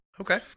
Okay